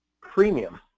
premium